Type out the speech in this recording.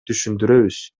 түшүндүрөбүз